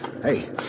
Hey